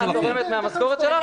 את תורמת מן המשכורת שלך?